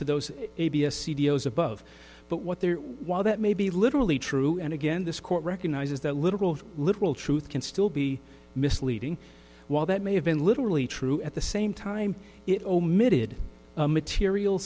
to those a b s c d o as above but what there while that may be literally true and again this court recognizes the literal literal truth can still be misleading while that may have been literally true at the same time it omitted material